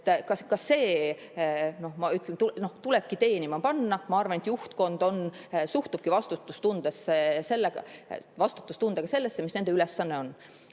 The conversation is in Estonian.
See tulebki teenima panna. Ma arvan, et juhtkond suhtubki vastutustundega sellesse, mis nende ülesanne on.